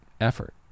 effort